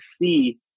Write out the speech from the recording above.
see